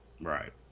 Right